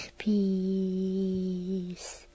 peace